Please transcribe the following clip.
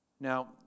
Now